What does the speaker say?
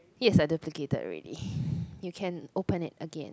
this is the duplicated already you can open it again